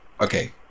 Okay